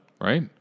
right